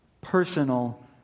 personal